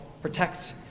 protects